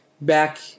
back